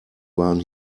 waren